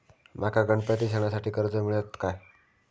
माका गणपती सणासाठी कर्ज मिळत काय?